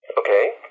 Okay